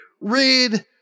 read